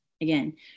Again